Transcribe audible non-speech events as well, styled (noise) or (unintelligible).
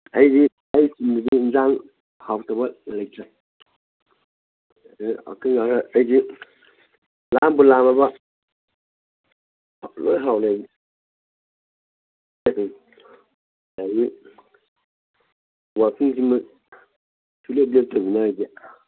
ꯑꯩꯗꯤ ꯑꯌꯨꯛꯀꯤ ꯏꯟꯖꯥꯡ ꯍꯥꯎꯇꯕ ꯂꯩꯇ꯭ꯔꯦ (unintelligible) ꯑꯩꯗꯤ ꯂꯥꯝꯕꯨ ꯂꯥꯝꯃꯕ ꯂꯣꯏ ꯍꯥꯎꯔꯦ ꯑꯩꯗꯤ (unintelligible) ꯋꯥꯀꯤꯡꯁꯤꯃ ꯁꯨꯡꯂꯦꯞ ꯂꯦꯞꯇꯃꯤꯅ ꯑꯩꯗꯤ